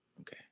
Okay